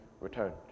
returned